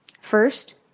First